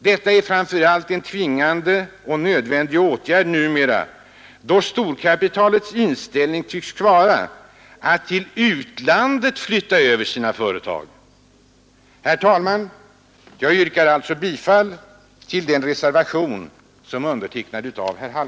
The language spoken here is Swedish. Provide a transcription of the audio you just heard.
Detta är framför allt en tvingande och nödvändig åtgärd numera, då storkapitalets inställning tycks vara att flytta över sina företag till utlandet. Herr talman! Jag yrkar bifall till reservationen av herr Hallgren.